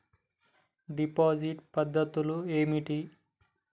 Deposit పద్ధతులు ఏమిటి?